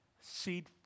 seed